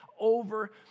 over